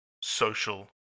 social